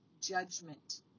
judgment